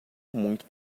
muito